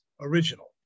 original